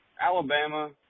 Alabama